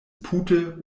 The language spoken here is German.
pute